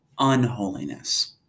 unholiness